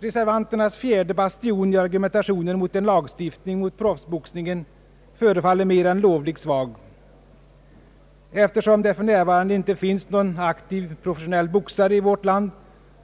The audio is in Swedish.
Reservanternas fjärde bastion i argumentationen mot en lagstiftning mot proffsboxning förefaller mer än lovligt svag. Eftersom det för närvarande inte finns någon aktiv professionell boxare i vårt land,